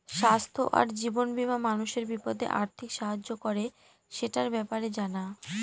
স্বাস্থ্য আর জীবন বীমা মানুষের বিপদে আর্থিক সাহায্য করে, সেটার ব্যাপারে জানা